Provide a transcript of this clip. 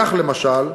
כך, למשל,